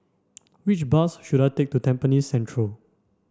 which bus should I take to Tampines Central